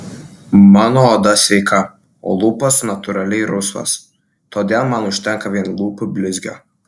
mano oda sveika o lūpos natūraliai rausvos todėl man užtenka vien lūpų blizgio